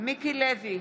מיקי לוי,